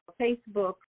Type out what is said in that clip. Facebook